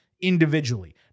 individually